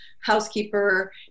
housekeeper